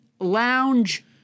lounge